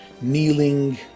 kneeling